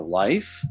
life